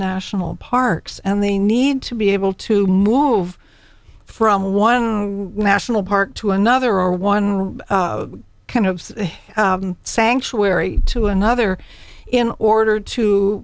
national parks and they need to be able to move from one national park to another or one kind of sanctuary to another in order to